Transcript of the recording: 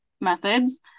methods